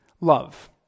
love